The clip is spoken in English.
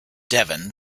devon